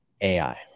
AI